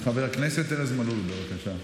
חבר הכנסת ארז מלול, בבקשה.